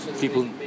People